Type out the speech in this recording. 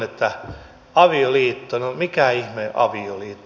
avioliitto no mikä ihmeen avioliitto